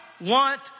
want